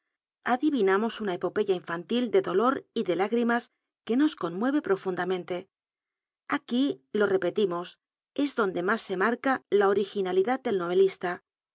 il'inamos una epopeya infantil de dolor y de lágrimas que nos conmuere jlrorunclarnente aquí lo repetimos es donde mas se marca la originalidad del norelista